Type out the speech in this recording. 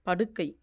படுக்கை